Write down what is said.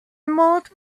mode